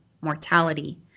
mortality